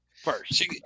First